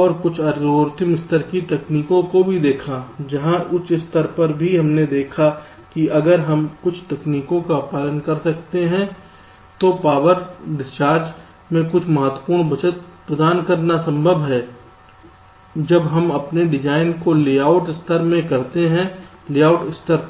और कुछ एल्गोरिथम स्तर की तकनीकों को भी देखा जहां उच्च स्तर पर भी आपने देखा है कि अगर हम कुछ तकनीकों का पालन कर सकते हैं तो पावर डिस्चार्ज में कुछ महत्वपूर्ण बचत प्रदान करना संभव है जब हम अपने डिजाइन को लेआउट स्तर में करते हैं लेआउट स्तर तक